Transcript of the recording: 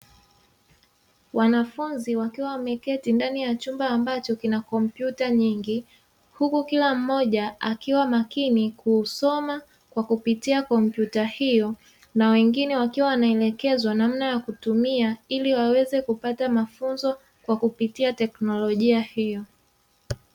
Wanafunzi wakiwa wameketi ndani ya chumba ambacho kina kompyuta nyingi, huku kila mmoja akiwa makini kusoma kwa kupitia kompyuta hiyo na wengine wakiwa wanaelekezwa namna ya kutumia ili waweze kupata mafunzo kwa kupitia teknolojia hiyo.